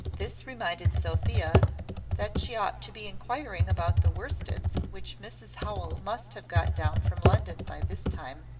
this reminded sophia that she ought to be inquiring about the worsteds which mrs howell must have got down from london by this time,